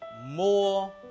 more